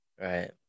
right